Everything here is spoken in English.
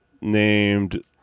named